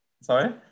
Sorry